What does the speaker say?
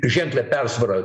ženklią persvarą